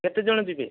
କେତେ ଜଣ ଯିବେ